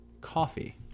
Coffee